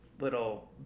little